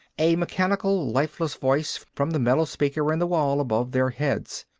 a mechanical, lifeless voice from the metal speaker in the wall, above their heads.